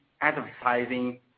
advertising